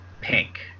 pink